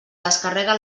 descarrega